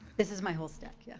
this is my whole stack, yeah.